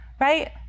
right